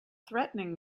threatening